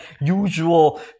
usual